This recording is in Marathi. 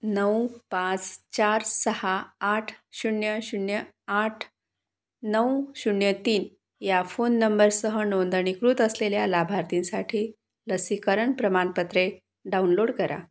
नऊ पाच चार सहा आठ शून्य शून्य आठ नऊ शून्य तीन या फोन नंबरसह नोंदणीकृत असलेल्या लाभार्थींसाठी लसीकरण प्रमाणपत्रे डाऊनलोड करा